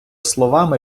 словами